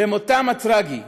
למותם הטרגי,